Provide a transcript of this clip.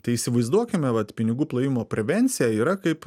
tai įsivaizduokime vat pinigų plovimo prevencija yra kaip